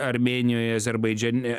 armėnijoje azerbaidžane